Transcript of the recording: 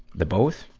the both?